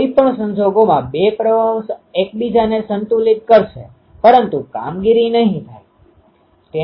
તેથી આ ખરેખર મદદ કરે છે તમે જોશો કે આનો અને પેટર્ન ગુણાકારના સિદ્ધાંતોનો ઉપયોગ કરીને તમે બીમ બનાવી શકો છો